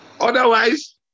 Otherwise